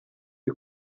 uri